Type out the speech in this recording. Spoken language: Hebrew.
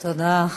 תודה.